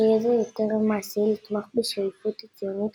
שיהיה זה יותר מעשי לתמוך בשאיפות הציוניות